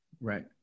right